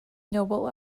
noble